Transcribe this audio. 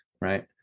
Right